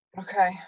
Okay